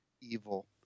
evil